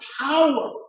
power